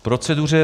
K proceduře.